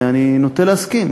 ואני נוטה להסכים,